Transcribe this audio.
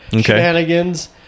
shenanigans